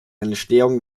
entstehung